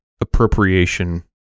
appropriation